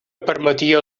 permetia